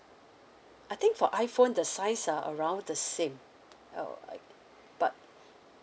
I think for iPhone the size uh around the same uh but